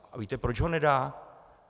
A víte, proč ho nedá?